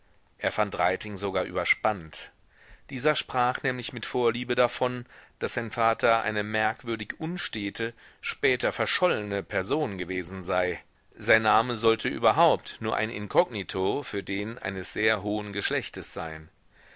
er fand reiting sogar überspannt dieser sprach nämlich mit vorliebe davon daß sein vater eine merkwürdig unstete später verschollene person gewesen sei sein name sollte überhaupt nur ein inkognito für den eines sehr hohen geschlechtes sein